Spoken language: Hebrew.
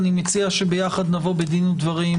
אני מציע שנבוא בדין ודברים